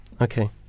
Okay